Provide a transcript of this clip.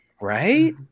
Right